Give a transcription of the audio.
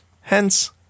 Hence